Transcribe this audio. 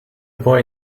boy